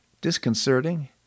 Disconcerting